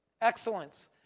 Excellence